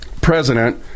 President